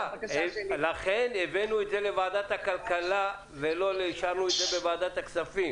לכן הבאנו את זה לוועדת הכלכלה ולא השארנו את זה בוועדת הכספים.